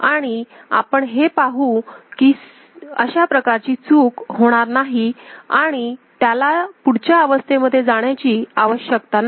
आणि आपण हे पाहू की अशा प्रकारची चूक होणार नाही आणि त्याला पुढच्या अवस्थेमध्ये जाण्याची आवश्यकता नाही